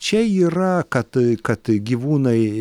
čia yra kad kad gyvūnai